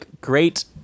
great